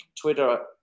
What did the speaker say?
Twitter